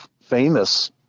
famous